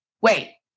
wait